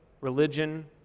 religion